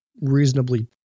reasonably